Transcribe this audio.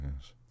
yes